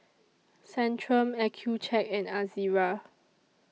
Centrum Accucheck and Ezerra